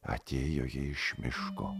atėjo ji iš miško